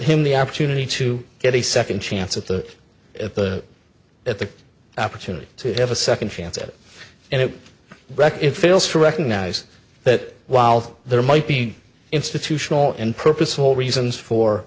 him the opportunity to get a second chance at the at the at the opportunity to have a second chance at it and wreck it fails to recognize that while there might be institutional and purposeful reasons for